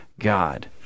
God